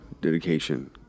dedication